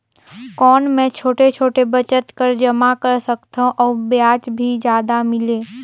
कौन मै छोटे छोटे बचत कर जमा कर सकथव अउ ब्याज भी जादा मिले?